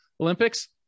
Olympics